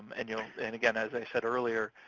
and you know and, again, as i said earlier,